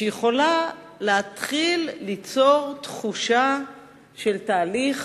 שיכולה להתחיל ליצור תחושה של תהליך